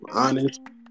Honest